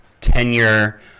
tenure